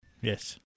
Yes